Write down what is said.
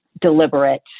deliberate